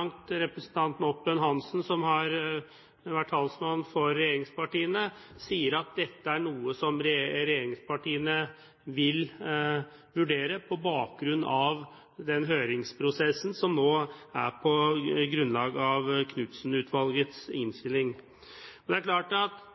at representanten Oppebøen Hansen, som har vært talsmann for regjeringspartiene, sier at dette er noe som regjeringspartiene vil vurdere på bakgrunn av den høringsprosessen som nå er i gang på grunnlag av Knudsen-utvalgets innstilling. Men det er klart at